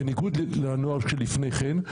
בניגוד לנוהל שלפני כן,